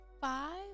five